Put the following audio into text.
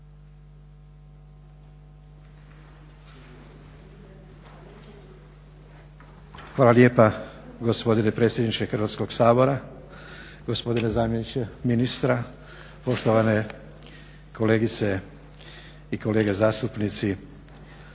Hvala lijepa gospodine predsjedniče Hrvatskog sabora. Gospodine zamjeniče ministra, poštovane kolegice i kolege zastupnici.